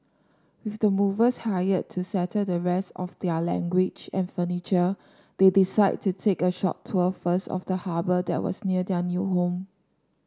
with the movers hired to settle the rest of their language and furniture they decided to take a short tour first of the harbour that was near their new home